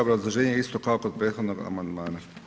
Obrazloženje isto kao kod prethodnog amandmana.